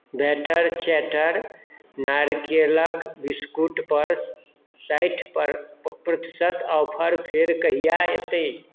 batter चैटर नारिकेलक बिस्कुटपर साठि प्रतिशत ऑफर फेर कहिआ एतै